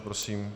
Prosím.